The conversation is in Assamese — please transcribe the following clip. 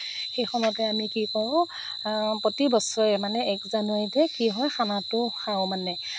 সেইখনতে আমি কি কৰোঁ প্ৰতি বছৰে মানে এক জানুৱাৰীতে কি হয় খানাটো খাওঁ মানে